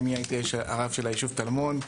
אני הרב של הישוב טלמון,